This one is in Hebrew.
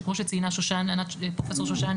שכמו שציינה פרופסור שושי,